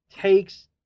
takes